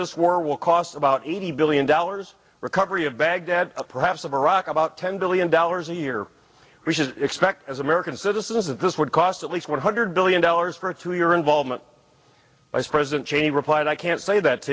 this war will cost about eighty billion dollars recovery of baghdad perhaps of iraq about ten billion dollars a year which is expect as american citizens that this would cost at least one hundred billion dollars for through your involvement as president cheney replied i can't say that to